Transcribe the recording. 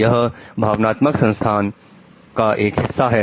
यह भावनात्मक संस्थान का एक हिस्सा है